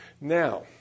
Now